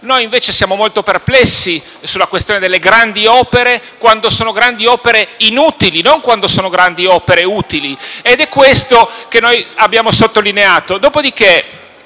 invece molto perplessi sulla questione delle grandi opere quando sono grandi opere inutili, non quando sono grandi opere utili ed è questo che abbiamo sottolineato.